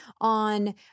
on